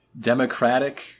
democratic